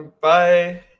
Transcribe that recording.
Bye